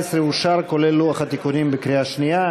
לשנת 17' אושר, כולל לוח התיקונים, בקריאה שנייה.